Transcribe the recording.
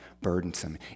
burdensome